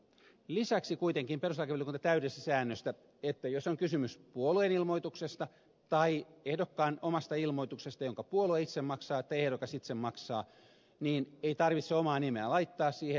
lisäksi kuitenkin perustuslakivaliokunta täydensi säännöstä että jos on kysymys puolueen ilmoituksesta tai ehdokkaan omasta ilmoituksesta jonka puolue itse maksaa tai ehdokas itse maksaa niin ei tarvitse omaa nimeä laittaa siihen